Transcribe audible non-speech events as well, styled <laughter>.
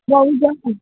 <unintelligible>